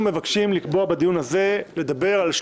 8 בעד, 1 נגד,